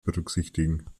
berücksichtigen